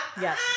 Yes